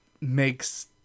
makes